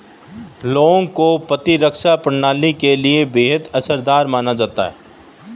लौंग को प्रतिरक्षा प्रणाली के लिए बेहद असरदार माना गया है